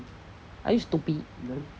are you stupid